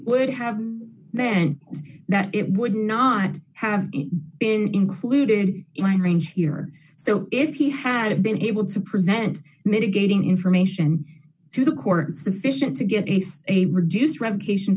ould have then that it would not have been included in range here so if he had been able to present mitigating information to the court sufficient to get a reduced revocation